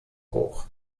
hoch